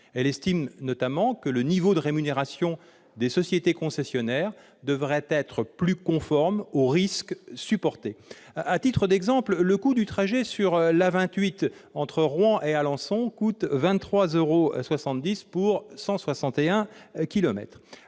estimait notamment que le niveau de rémunération des sociétés concessionnaires devait être plus conforme aux risques supportés. À titre d'exemple, le coût du trajet sur l'A 28 entre Rouen et Alençon coûte 23,70 euros pour 161 kilomètres.